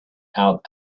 out